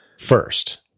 First